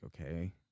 okay